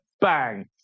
bang